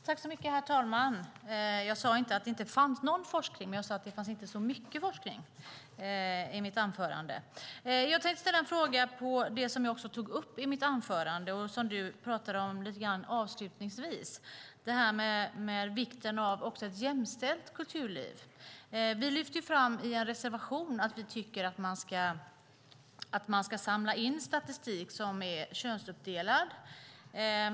Herr talman! Jag sade inte i mitt anförande att det inte fanns någon forskning, men jag sade att det inte fanns så mycket forskning. Jag tänkte ställa en fråga angående det som jag också tog upp i mitt anförande och som du, Anne Marie Brodén, talade om lite grann avslutningsvis, nämligen vikten av ett jämställt kulturliv. Vi lyfter i en reservation fram att vi tycker att man ska samla in statistik som är könsuppdelad.